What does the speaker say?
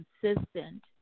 consistent